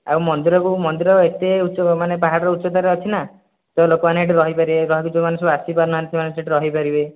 ଆଉ ମନ୍ଦିରକୁ ମନ୍ଦିର ଏତେ ଉଚ୍ଚ ମାନେ ପାହାଡ଼ର ଉଚ୍ଚତାରେ ଅଛି ନା ତ ଲୋକମାନେ ସେଇଠି ରହିପାରିବେ ଘରୁ ଯେଉଁମାନେ ଆସି ପାରୁନାହାନ୍ତି ସେମାନେ ସେଇଠି ରହିପାରିବେ